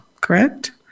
Correct